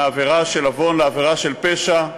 מעבירה של עוון לעבירה של פשע,